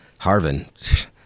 Harvin